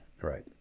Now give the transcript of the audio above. Right